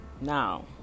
Now